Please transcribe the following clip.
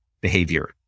behavior